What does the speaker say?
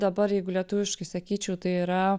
dabar jeigu lietuviškai sakyčiau tai yra